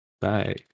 Bye